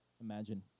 imagine